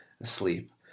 asleep